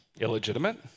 illegitimate